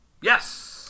Yes